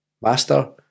Master